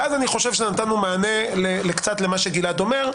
ואז אני חושב שנָתַנּוּ קצת מענה למה שגלעד אומר.